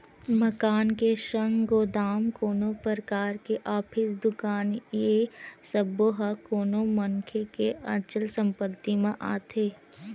मकान के संग गोदाम, कोनो परकार के ऑफिस, दुकान ए सब्बो ह कोनो मनखे के अचल संपत्ति म आथे